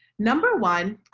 number one,